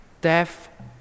death